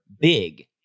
big